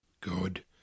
Good